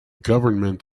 government